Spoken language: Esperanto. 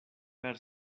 per